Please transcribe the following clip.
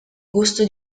gusto